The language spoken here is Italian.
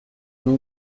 non